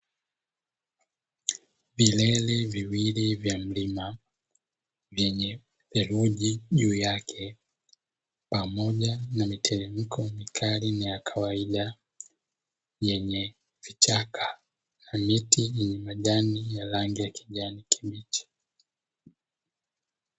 Vilele viwili vya mlima vyenye theruji juu yake pamoja na miteremko mikali na ya kawaida yenye vichaka na miti yenye majani ya rangi ya kijani kibichi.